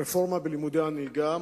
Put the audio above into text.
רפורמה בלימודי הנהיגה,